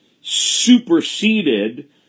superseded